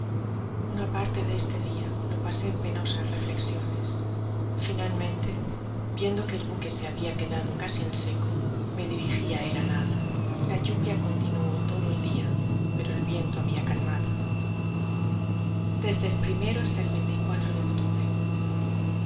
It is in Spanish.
una parte de este dia lo pasé en penosas reflexiones finalmente viendo que el buque se habia quedado casi en seco me dirigí á él á nado la lluvia continuó todo el dia pero el viento habia calmado desde el primero hasta el de octubre